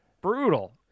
Brutal